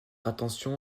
intention